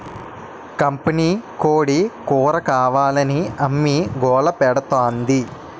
కంపినీకోడీ కూరకావాలని అమ్మి గోలపెడతాంది